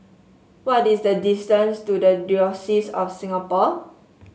what is the distance to the Diocese of Singapore